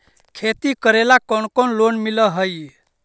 खेती करेला कौन कौन लोन मिल हइ?